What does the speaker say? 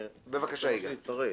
בבקשה, יגאל פרסלר.